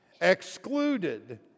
excluded